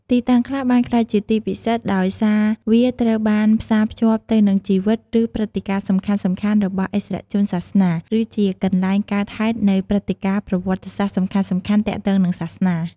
ទីតាំងខ្លះបានក្លាយជាទីពិសិដ្ឋដោយសារវាត្រូវបានផ្សារភ្ជាប់ទៅនឹងជីវិត ឬព្រឹត្តិការណ៍សំខាន់ៗរបស់ឥស្សរជនសាសនា ឬជាកន្លែងកើតហេតុនៃព្រឹត្តិការណ៍ប្រវត្តិសាស្ត្រសំខាន់ៗទាក់ទងនឹងសាសនា។